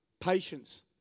Patience